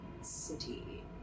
city